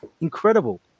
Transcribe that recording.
Incredible